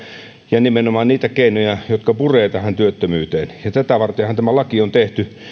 ja nimenomaan niitä keinoja jotka purevat työttömyyteen ja tätä vartenhan tämä laki on tehty